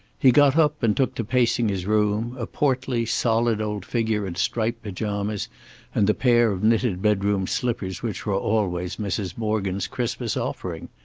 he got up and took to pacing his room, a portly, solid old figure in striped pajamas and the pair of knitted bedroom slippers which were always mrs. morgan's christmas offering.